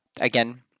again